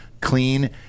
clean